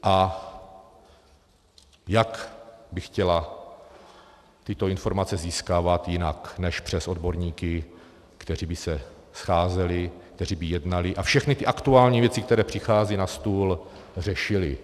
A jak by chtěla tyto informace získávat jinak než přes odborníky, kteří by se scházeli, kteří by jednali a všechny aktuální věci, které přicházejí na stůl, řešili.